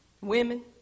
Women